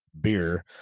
beer